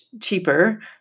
cheaper